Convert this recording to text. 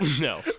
no